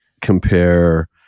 compare